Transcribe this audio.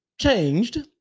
changed